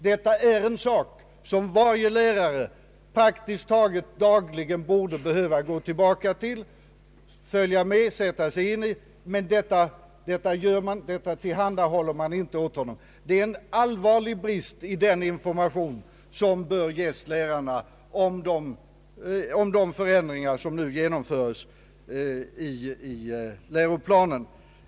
Detta material torde varje lärare praktiskt taget dagligen behöva gå tillbaka till, läsa och sätta sig in i, men detta viktiga material tillhandahåller man honom inte. Detta är en allvarlig brist i den information man bör ge lärarna om de förändringar som nu genomförs i läroplanen.